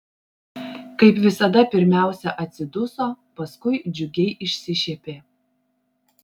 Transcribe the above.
kaip visada pirmiausia atsiduso paskui džiugiai išsišiepė